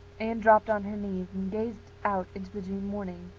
anne dropped on her knees and gazed out into the june morning,